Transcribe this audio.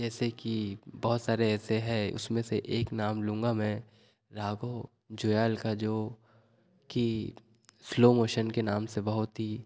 जैसे कि बहुत सारे ऐसे हैं उसमें से एक नाम लूँगा मैं राघव जुएल का जो कि स्लो मोशन के नाम से बहुत ही